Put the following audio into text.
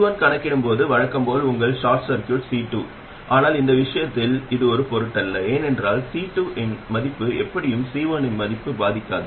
C1 கணக்கிடும் போது வழக்கம் போல் உங்கள் ஷார்ட் சர்க்யூட் C2 ஆனால் இந்த விஷயத்தில் இது ஒரு பொருட்டல்ல ஏனென்றால் C2 இன் மதிப்பு எப்படியும் C1 இன் மதிப்பைப் பாதிக்காது